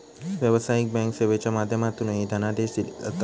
व्यावसायिक बँक सेवेच्या माध्यमातूनही धनादेश दिले जातात